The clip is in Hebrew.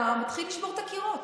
אתה מתחיל לשבור את הקירות.